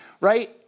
right